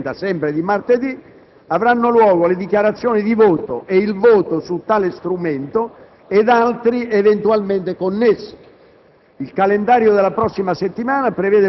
Nel pomeriggio, a partire delle ore 16,30, sempre di martedì, avranno luogo le dichiarazioni di voto e il voto su tale strumento ed altri eventualmente connessi.